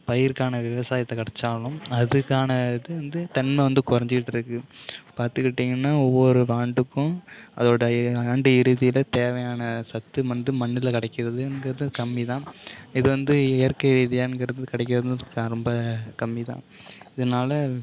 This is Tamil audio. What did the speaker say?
பயிருக்கான விவசாயத்தை கிடைச்சாலும் அதுக்கான இது வந்து தன்மை வந்து கொறைஞ்சிக்கிட்ருக்கு பார்த்துக்கிட்டீங்கனா ஒவ்வொரு ஆண்டுக்கும் அதோட ஆண்டு இறுதியில் தேவையான சத்து வந்து மண்ணில் கிடைக்கிறதுங்குறது கம்மி தான் இது வந்து இயற்கை ரீதியாங்கிறது கிடைக்கறதுங்குறது ரொம்ப கம்மி தான் இதனால்